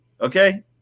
Okay